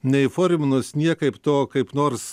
neįforminus niekaip to kaip nors